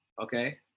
okay